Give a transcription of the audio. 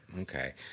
Okay